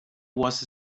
was